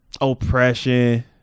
oppression